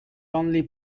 only